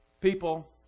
people